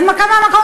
הנמקה מהמקום,